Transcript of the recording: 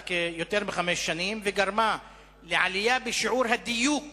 יותר מחמש שנים וגרמה לעלייה בשיעור הדיוק